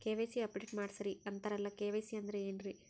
KYC update ಮಾಡಸ್ರೀ ಅಂತರಲ್ಲ KYC ಅಂದ್ರ ಏನ್ರೀ?